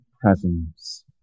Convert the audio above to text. presence